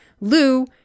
Lou